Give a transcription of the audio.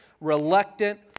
reluctant